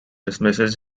dismisses